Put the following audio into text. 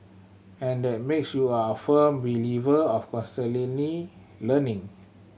and that makes you a firm believer of constantly learning